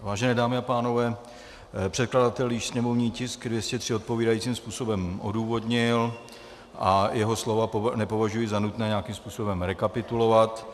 Vážené dámy a pánové, předkladatel již sněmovní tisk 203 odpovídajícím způsobem odůvodnil a jeho slova nepovažuji za nutné nějakým způsobem rekapitulovat.